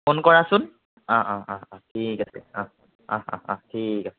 phone কৰাচোন অহ অহ অহ ঠিক আছে অহ অহ অহ ঠিক আছে